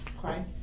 Christ